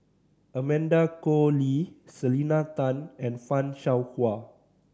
Amanda Koe Lee Selena Tan and Fan Shao Hua